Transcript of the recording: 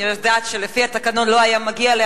אני יודעת שלפי התקנון לא הגיע לי,